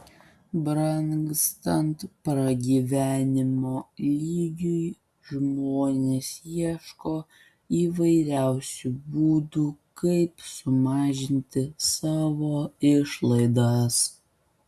brangstant pragyvenimo lygiui žmonės ieško įvairiausių būdų kaip sumažinti savo išlaidas